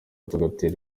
tugatera